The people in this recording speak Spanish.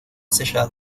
sellado